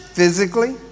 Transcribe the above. physically